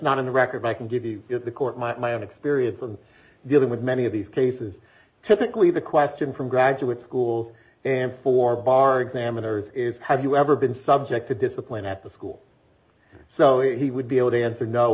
not in the record i can give you the court my own experience of dealing with many of these cases typically the question from graduate schools and for bar examiners is have you ever been subject to discipline at the school so he would be able to answer no